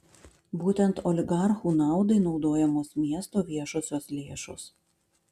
būtent oligarchų naudai naudojamos miesto viešosios lėšos